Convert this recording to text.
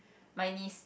my niece